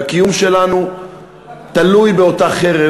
והקיום שלנו תלוי באותה חרב,